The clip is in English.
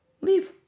leave